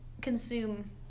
consume